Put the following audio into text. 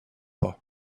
pas